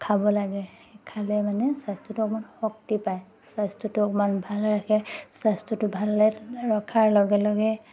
খাব লাগে খালে মানে স্বাস্থ্যটো অকণমান শক্তি পায় স্বাস্থ্যটো অকণমান ভালে ৰাখে স্বাস্থ্যটো ভালে ৰখাৰ লগে লগে